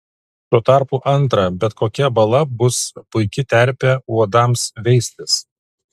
tuo tarpu antra bet kokia bala bus puiki terpė uodams veistis